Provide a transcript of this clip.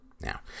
Now